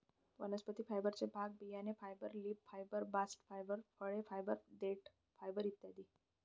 वनस्पती फायबरचे भाग बियाणे fibre, leaf fibre, bast fibre, फळ फायबर, देठ फायबर इ